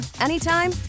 anytime